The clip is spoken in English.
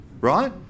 right